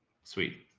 sweet.